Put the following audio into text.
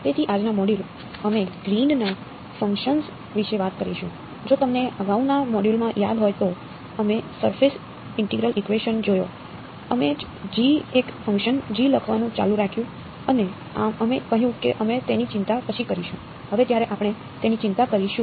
તેથી આજના મોડ્યુલ અમે ગ્રીનના ફંક્શન્સ જોયા અમે g એક ફંક્શન g લખવાનું ચાલુ રાખ્યું અને અમે કહ્યું કે અમે તેની ચિંતા પછી કરીશું હવે જ્યારે આપણે તેની ચિંતા કરીશું